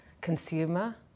consumer